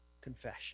confession